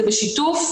זה בשיתוף,